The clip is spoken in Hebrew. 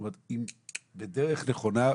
זאת אומרת בדרך נכונה,